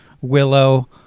Willow